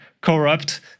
corrupt